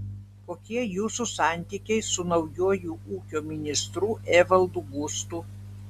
kokie jūsų santykiai su naujuoju ūkio ministru evaldu gustu